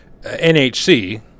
NHC